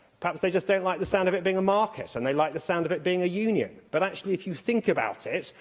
perhaps they just don't like the sound of it being a market and they like the sound of it being a union. but, actually, if you think about it,